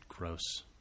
Gross